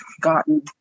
gotten